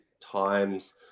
times